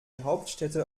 hauptstädte